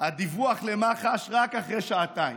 הדיווח למח"ש, רק אחרי שעתיים.